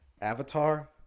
avatar